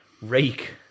rake